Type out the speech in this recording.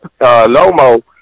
Lomo